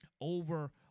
over